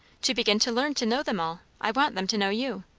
to begin to learn to know them all. i want them to know you.